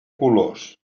colors